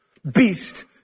Beast